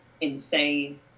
insane